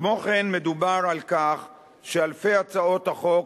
כמו כן, מדובר על כך שאלפי הצעות החוק,